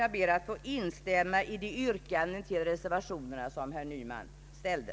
Jag ber att få instämma i de yrkanden om bifall till reservationerna som herr Nyman ställde.